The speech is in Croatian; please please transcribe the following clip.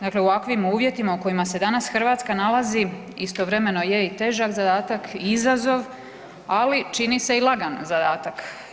Dakle, u ovakvim uvjetima u kojima se danas Hrvatska nalazi istovremeno je i težak zadatak i izazov, ali čini se i lagan zadatak.